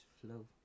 flow